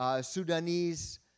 Sudanese